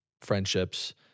friendships